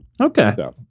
Okay